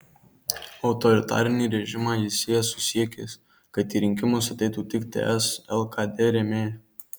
autoritarinį režimą jis sieja su siekiais kad į rinkimus ateitų tik ts lkd rėmėjai